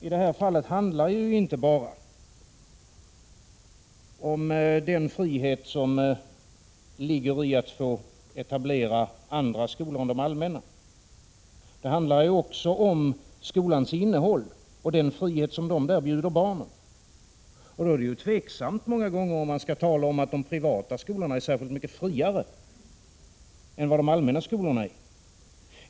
I det här fallet handlar det ju inte bara om den frihet som ligger i att få etablera andra skolor än de allmänna. Utan också om skolans innehåll och den frihet som man där erbjuder barnen. Då är det många gånger tveksamt om man skall tala om att de privata skolorna är särskilt mycket friare än de vad de allmänna skolorna är.